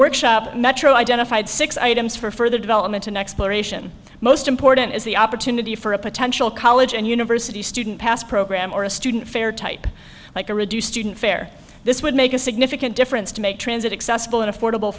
workshop metro identified six items for further development an exploration most important is the opportunity for a potential college and university student pass program or a student fair type like a reduced student fare this would make a significant difference to make transit accessible and affordable